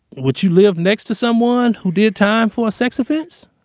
would you live next to someone who did time for a sex offense?